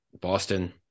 boston